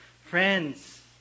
Friends